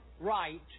right